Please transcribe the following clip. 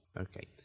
Okay